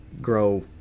grow